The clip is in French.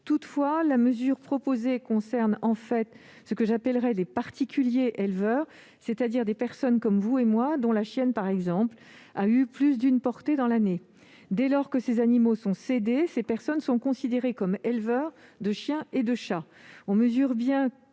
Toutefois, la mesure proposée concerne ce que j'appellerais « les particuliers éleveurs », c'est-à-dire les gens comme vous et moi, dont la chienne, par exemple, a eu plus d'une portée dans l'année. Dès lors que ces animaux sont cédés, ces personnes sont considérées comme éleveurs de chiens et de chats.